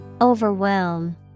Overwhelm